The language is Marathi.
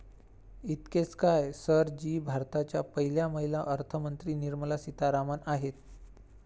इतकेच काय, सर जी भारताच्या पहिल्या महिला अर्थमंत्री निर्मला सीतारामन आहेत